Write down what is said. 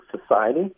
society